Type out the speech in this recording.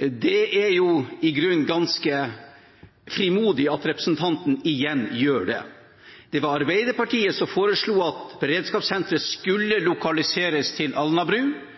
Det er i grunnen ganske frimodig at representanten igjen gjør det. Det var Arbeiderpartiet som foreslo at beredskapssenteret skulle lokaliseres til Alnabru.